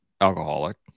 alcoholic